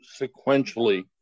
sequentially